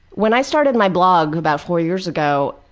when i started my blog about four years ago,